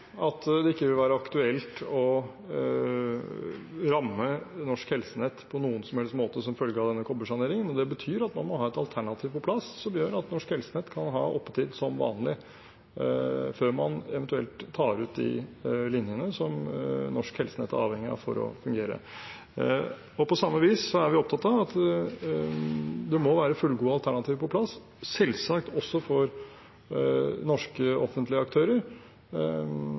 at det ikke vil være aktuelt å ramme norsk helsenett på noen som helst måte som følge av denne kobbersaneringen. Det betyr at man må ha et alternativ på plass som gjør at norsk helsenett kan ha oppetid som vanlig før man eventuelt tar ut de linjene som norsk helsenett er avhengig av for å fungere. På samme vis er vi opptatt av at det må være fullgode alternativer på plass, selvsagt også for norske offentlige aktører,